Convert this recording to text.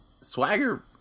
Swagger